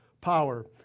power